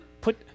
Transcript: Put